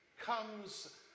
comes